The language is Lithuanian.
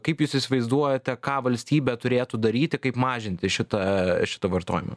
kaip jūs įsivaizduojate ką valstybė turėtų daryti kaip mažinti šitą šitą vartojimą